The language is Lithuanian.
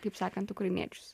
kaip sakant ukrainiečius